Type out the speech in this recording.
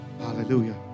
Hallelujah